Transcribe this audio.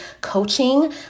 coaching